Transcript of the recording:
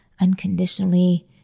unconditionally